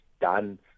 done